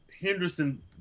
Henderson